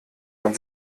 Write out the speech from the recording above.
man